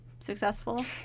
Successful